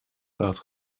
gaat